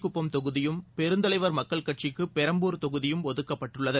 குப்பம் தொகுதியும் பெருந்தலைவர் மக்கள் கட்சிக்கு பெரம்பூர் தொகுதியும் ஒதுக்கப்பட்டுள்ளது